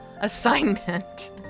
assignment